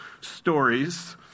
stories